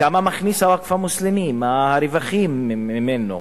כמה מכניס הווקף המוסלמי, מה הרווחים ממנו,